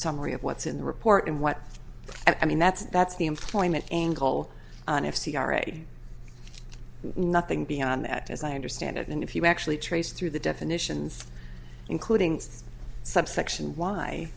summary of what's in the report and what i mean that's that's the employment angle and if c r a did nothing beyond that as i understand it and if you actually trace through the definitions including subsection